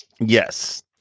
Yes